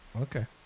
Okay